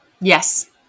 yes